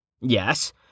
Yes